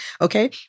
okay